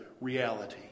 reality